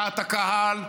דעת הקהל,